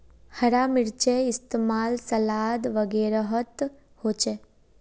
हरा मिर्चै इस्तेमाल सलाद वगैरहत होचे